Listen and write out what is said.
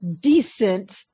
decent